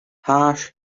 hash